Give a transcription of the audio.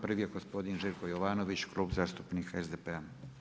Prvi je gospodin Željko Jovanović, Klub zastupnika SDP-a.